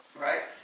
Right